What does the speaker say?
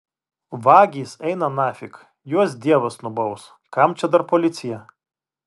vagys eina nafig juos dievas nubaus kam čia dar policija